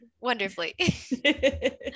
wonderfully